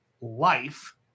life